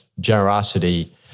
generosity